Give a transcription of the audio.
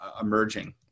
emerging